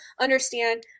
understand